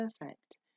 perfect